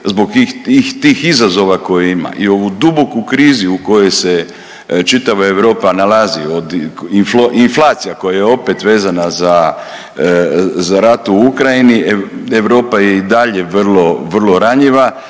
zbog tih izazova koje ima i u duboku krizi u kojoj se čitava Europa nalazi, od inflacija koja je opet vezana za rat u Ukrajini, Europa je i dalje vrlo, vrlo ranjiva